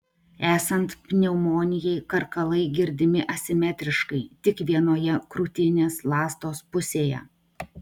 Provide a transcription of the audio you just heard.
esant pneumonijai karkalai girdimi asimetriškai tik vienoje krūtinės ląstos pusėje